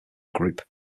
group